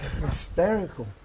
Hysterical